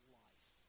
life